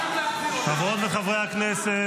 --- חברות וחברי הכנסת,